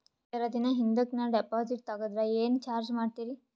ಜರ ದಿನ ಹಿಂದಕ ನಾ ಡಿಪಾಜಿಟ್ ತಗದ್ರ ಏನ ಚಾರ್ಜ ಮಾಡ್ತೀರಿ?